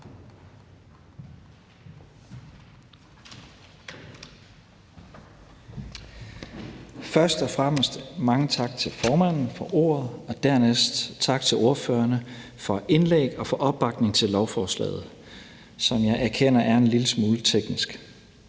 Først og fremmest mange tak til formanden for ordet. Og dernæst tak til ordførerne for indlæg og for opbakning til lovforslaget, som jeg erkender er en lille smule teknisk.